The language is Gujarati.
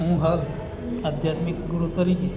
હું હગ આધ્યાત્મિક ગુરુ તરીકે